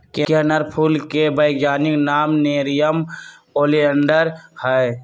कनेर फूल के वैज्ञानिक नाम नेरियम ओलिएंडर हई